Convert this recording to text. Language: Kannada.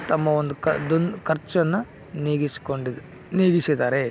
ತಮ್ಮ ಒಂದು ಕ ದುಂದು ಖರ್ಚನ್ನ ನೀಗಿಸಿಕೊಂಡಿದೆ ನೀಗಿಸಿದ್ದಾರೆ